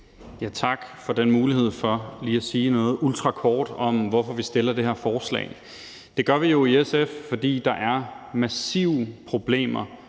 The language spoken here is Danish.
Tak for den mulighed for lige at sige noget ultrakort om, hvorfor vi fremsætter det her forslag. Det gør vi jo i SF, fordi der er massive problemer